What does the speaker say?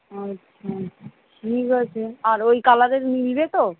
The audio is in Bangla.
আচ্ছা ঠিক আছে আর ওই কালারের মিলবে তো